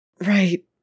Right